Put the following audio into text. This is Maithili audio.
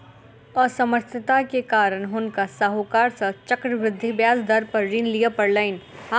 असमर्थता के कारण हुनका साहूकार सॅ चक्रवृद्धि ब्याज दर पर ऋण लिअ पड़लैन